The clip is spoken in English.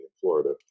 Florida